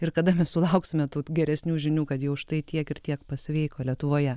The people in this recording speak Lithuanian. ir kada mes sulauksime tų geresnių žinių kad jau štai tiek ir tiek pasveiko lietuvoje